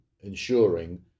ensuring